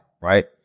right